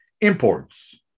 imports